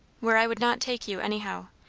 where i would not take you, anyhow.